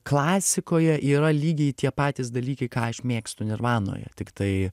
klasikoje yra lygiai tie patys dalykai ką aš mėgstu nirvanoje tiktai